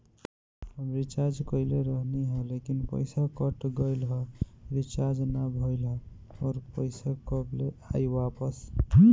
हम रीचार्ज कईले रहनी ह लेकिन पईसा कट गएल ह रीचार्ज ना भइल ह और पईसा कब ले आईवापस?